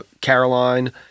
Caroline